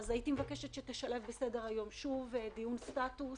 לכן אני מבקשת להעלות שוב דיון סטטוס